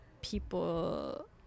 people